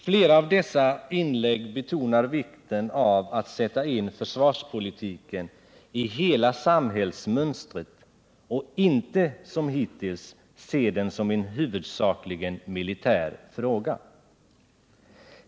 Flera av dessa inlägg betonar vikten av att sätta in försvarspolitiken i hela samhällsmönstret och inte, som hittills, se den som en huvudsakligen militär fråga.